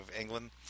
England